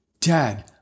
Dad